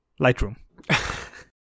Lightroom